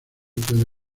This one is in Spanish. puede